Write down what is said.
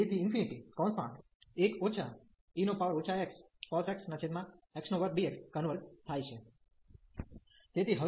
અને આપેલ integral a1 e xcos x x2dx converge થાય છે